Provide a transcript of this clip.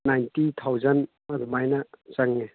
ninety thousand ꯑꯗꯨꯃꯥꯏꯅ ꯆꯪꯉꯦ